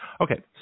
Okay